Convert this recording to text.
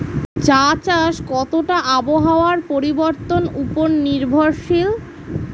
চা চাষ কতটা আবহাওয়ার পরিবর্তন উপর নির্ভরশীল?